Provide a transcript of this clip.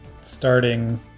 starting